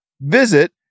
Visit